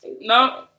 No